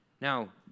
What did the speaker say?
Now